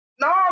no